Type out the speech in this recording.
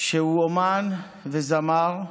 שהוא אומן וזמר,